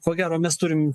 ko gero mes turim